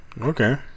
Okay